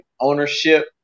ownership